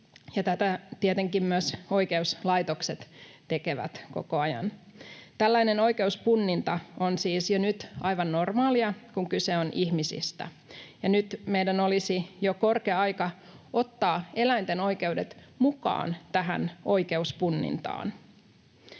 tätä tietenkin myös oikeuslaitokset tekevät koko ajan. Tällainen oikeuspunninta on siis jo nyt aivan normaalia, kun kyse on ihmisistä, ja nyt meidän olisi jo korkea aika ottaa eläinten oikeudet mukaan tähän oikeuspunnintaan.